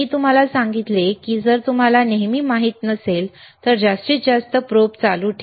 मी तुम्हाला सांगितले आहे की जर तुम्हाला नेहमी माहित नसेल तर जास्तीत जास्त प्रोब चालू ठेवा